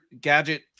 gadget